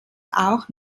auch